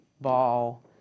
ball